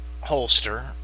holster